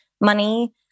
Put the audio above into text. money